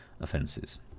offences